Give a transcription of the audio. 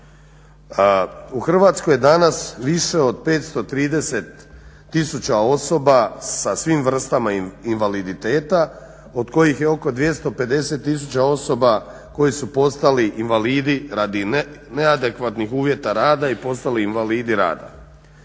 U Hrvatskoj danas je više od 530 tisuća osoba sa svim vrstama invaliditeta od kojih je oko 250 tisuća osoba koje su postali invalidi radi neadekvatnih uvjeta rada i postali invalidi rada.